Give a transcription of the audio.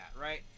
right